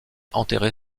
enterrer